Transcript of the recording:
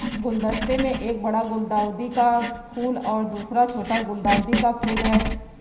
गुलदस्ते में एक बड़ा गुलदाउदी का फूल और दूसरा छोटा गुलदाउदी का फूल है